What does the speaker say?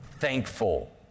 Thankful